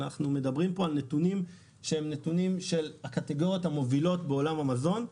אנחנו מדברים פה על נתונים של הקטגוריות המובילות בעולם המזון.